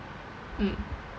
mm